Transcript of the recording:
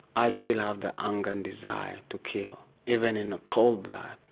i still have the anger and desire to kill even in cold blood.